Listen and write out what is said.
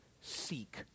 seek